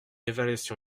évaluation